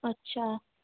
अच्छा